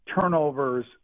turnovers